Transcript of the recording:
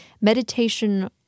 meditation